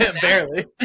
barely